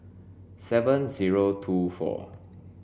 seven zero two four